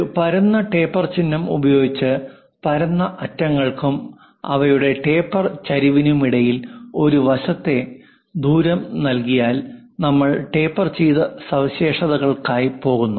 ഒരു പരന്ന ടേപ്പർ ചിഹ്നം ഉപയോഗിച്ച് പരന്ന അറ്റങ്ങൾക്കും അവയുടെ ടേപ്പർ ചരിവിനുമിടയിൽ ഒരു വശത്തെ ദൂരം നൽകിയാൽ നമ്മൾ ടേപ്പർ ചെയ്ത സവിശേഷതകൾക്കായി പോകുന്നു